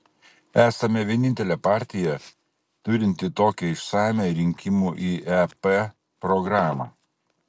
esame vienintelė partija turinti tokią išsamią rinkimų į ep programą